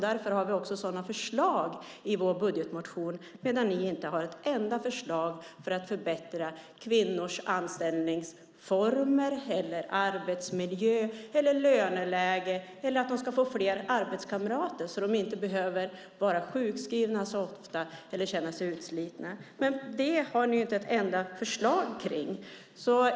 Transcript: Därför har vi också sådana förslag i vår budgetmotion, medan ni inte har ett enda förslag för att förbättra kvinnors anställningsformer, arbetsmiljö eller löneläge eller för att de ska få fler arbetskamrater så att de inte behöver vara sjukskrivna så ofta eller känna sig utslitna. Det har ni inte ett enda förslag kring.